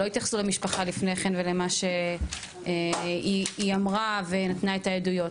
שהתייחסו למשפחה לפני כן ולמה שהיא אמרה ונתנה את העדויות.